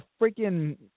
freaking